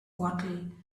bottle